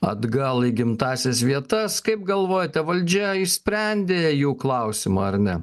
atgal į gimtąsias vietas kaip galvojate valdžia išsprendė jų klausimą ar ne